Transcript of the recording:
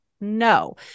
no